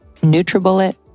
Nutribullet